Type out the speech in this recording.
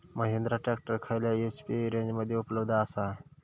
Mahindra tractor खयल्या HP रेंजमध्ये उपलब्ध आसा?